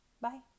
bye